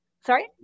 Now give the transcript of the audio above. Sorry